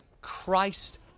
Christ